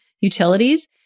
utilities